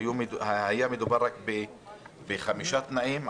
היו רק חמישה תנאים,